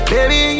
Baby